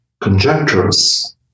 conjectures